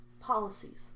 policies